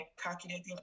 calculating